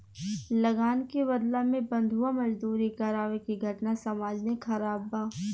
लगान के बदला में बंधुआ मजदूरी करावे के घटना समाज में खराब बा